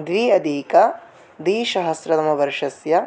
द्वि अधिकद्विसहस्रतमवर्षस्य